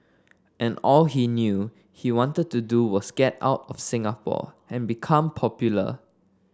and all he knew he wanted to do was get out of Singapore and become popular